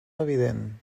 evident